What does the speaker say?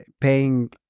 paying